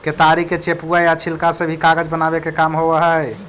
केतारी के चेपुआ या छिलका से भी कागज बनावे के काम होवऽ हई